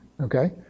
Okay